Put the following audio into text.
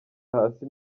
hasi